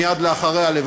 מייד אחריה,